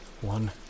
one